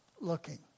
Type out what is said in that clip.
looking